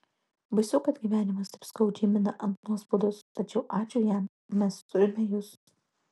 baisu kad gyvenimas taip skaudžiai mina ant nuospaudos tačiau ačiū jam mes turime jus